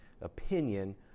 opinion